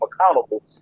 accountable